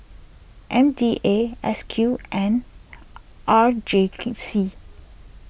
M D A S Q and R J C